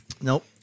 Nope